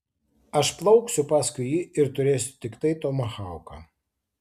aš plauksiu paskui jį ir turėsiu tiktai tomahauką